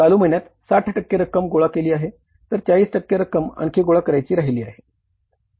चालू महिन्यात 60 टक्के रक्कम गोळा केली आहे तर 40 टक्के रक्कम आणखी गोळा करायची राहिली आहे